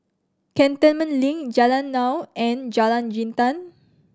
Cantonment Link Jalan Naung and Jalan Jintan